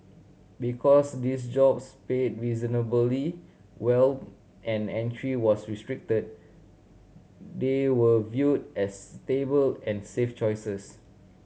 because these jobs paid reasonably well and entry was restricted they were viewed as stable and safe choices